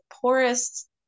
poorest